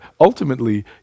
ultimately